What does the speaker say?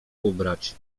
ubrać